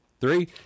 three